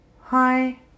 Hi